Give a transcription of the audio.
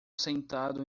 sentado